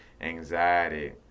anxiety